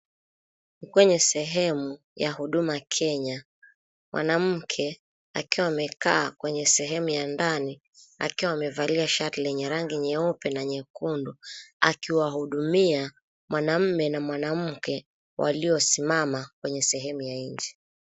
Kwenye sehemu ya Huduma Kenya. Mwanamke akiwa amekaa kwenye sehemu ya ndani, akiwa amevalia shati lenye rangi nyeupe na nyekundu, akiwahudumia mwanamume na mwanamke walio simama kwenye sehemu ya nje.